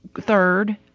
third